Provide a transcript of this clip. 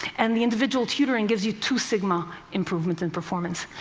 and the individual tutoring gives you two sigma improvement in performance.